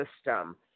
System